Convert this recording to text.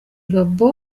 robot